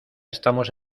estamos